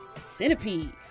Centipede